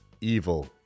evil